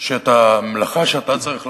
שאת המלאכה שאתה צריך לעשות,